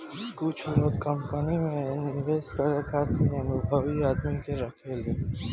कुछ लोग कंपनी में निवेश करे खातिर अनुभवी आदमी के राखेले